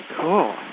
cool